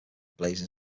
blazing